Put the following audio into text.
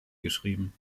geschrieben